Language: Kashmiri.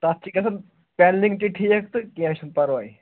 تَتھ چھِ گژھان پٮ۪نٛلِنٛگ تہِ ٹھیٖک تہٕ کیٚنٛہہ چھُنہٕ پَرواے